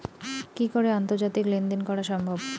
কি করে আন্তর্জাতিক লেনদেন করা সম্ভব?